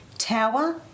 Tower